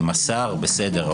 השר עוד בסדר.